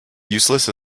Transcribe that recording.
useless